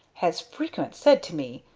has frequent said to me,